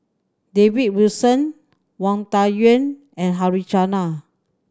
David Wilson Wang Dayuan and